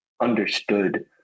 understood